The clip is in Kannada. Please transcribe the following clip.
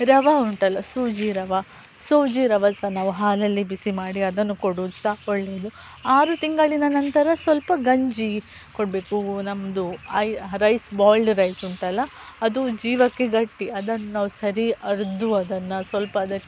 ರವೆ ಉಂಟಲ್ಲ ಸೂಜಿ ರವೆ ಸೂಜಿ ರವೆ ಸ್ವಲ್ಪ ನಾವು ಹಾಲಲ್ಲಿ ಬಿಸಿ ಮಾಡಿ ಅದನ್ನು ಕೊಡೋದು ಸಹ ಒಳ್ಳೆಯದು ಆರು ತಿಂಗಳಿನ ನಂತರ ಸ್ವಲ್ಪ ಗಂಜಿ ಕೊಡಬೇಕು ನಮ್ಮದು ರೈಸ್ ಬಾಲ್ಡ್ ರೈಸ್ ಉಂಟಲ್ಲ ಅದು ಜೀವಕ್ಕೆ ಗಟ್ಟಿ ಅದನ್ನ ನಾವು ಸರಿ ಅರೆದು ಅದನ್ನು ಸ್ವಲ್ಪ ಅದಕ್ಕೆ